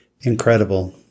Incredible